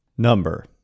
number